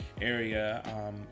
area